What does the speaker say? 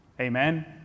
Amen